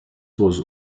was